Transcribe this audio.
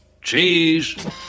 Cheese